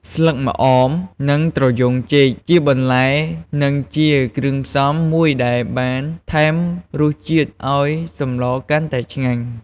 ស្លឹកម្អម និងត្រយ៉ូងចេកជាបន្លែនិងជាគ្រឿងផ្សំមួយដែលបានថែមរសជាតិឲ្យសម្លកាន់តែឆ្ងាញ់។